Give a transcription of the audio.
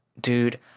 Dude